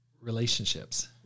relationships